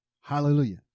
Hallelujah